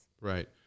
Right